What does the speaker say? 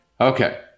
Okay